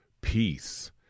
peace